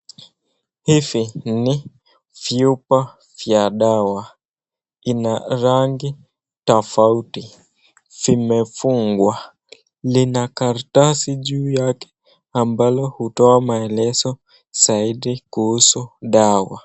Hivi ni vyupa vya dawa ,ina rangi tofauti, vimefungwa, lina karatasi juu yake ambalo hutoa maelezo zaidi kuhusu dawa.